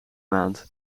maand